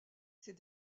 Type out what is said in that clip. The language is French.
ces